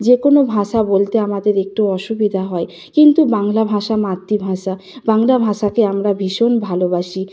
যে কোনো ভাষা বলতে আমাদের একটু অসুবিধা হয় কিন্তু বাংলা ভাষা মাতৃভাষা বাংলা ভাষাকে আমরা ভীষণ ভালোবাসি